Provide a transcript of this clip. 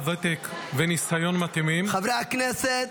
ותק וניסיון מתאימים --- חברי הכנסת,